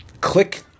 Click